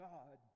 God